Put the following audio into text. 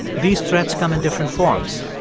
these threats come in different forms.